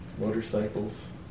motorcycles